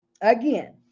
again